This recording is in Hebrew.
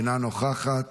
אינה נוכחת,